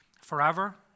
forever